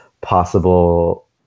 possible